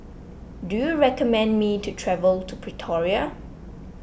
do you recommend me to travel to Pretoria